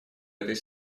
этой